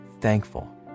thankful